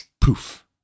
poof